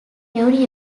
every